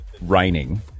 raining